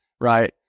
right